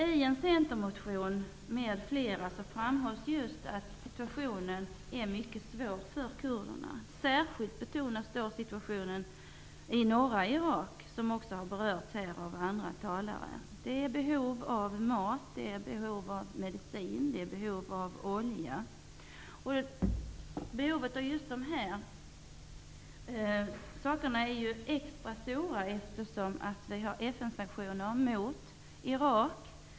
I en centermotion, och i andra motioner, framhålls just att situationen är mycket svår för kurderna. Särskilt betonas situationen i norra Irak, som också har berörts här av andra talare. Det finns behov av mat, medicin och olja. Behovet av dessa varor är extra stort eftersom det finns FN-sanktioner mot Irak.